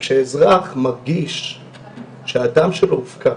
וכשאזרח מרגיש שהדם שלו הופקר,